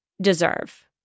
deserve